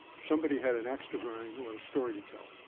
somebody had an ax to grind or a story to tell.